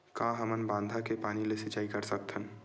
का हमन बांधा के पानी ले सिंचाई कर सकथन?